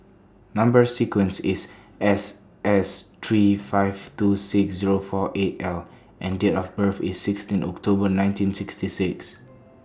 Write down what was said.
Number sequence IS S S three five two six Zero four eight L and Date of birth IS sixteen October nineteen sixty six